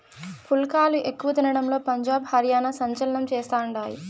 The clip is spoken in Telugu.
పుల్కాలు ఎక్కువ తినడంలో పంజాబ్, హర్యానా సంచలనం చేస్తండాయి